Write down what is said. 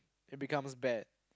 it becomes bad